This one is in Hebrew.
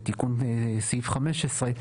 תיקון סעיף 15,